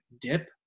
dip